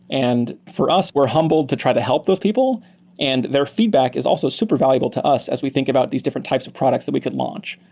and for us, we're humbled to try to help those people and their feedback is also super valuable to us as we think about these different types of products that we could launch.